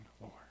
Lord